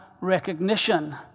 recognition